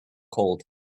cold